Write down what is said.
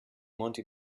monti